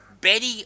Betty